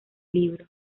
libro